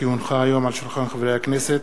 כי הונחה היום על שולחן הכנסת,